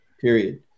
period